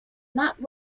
not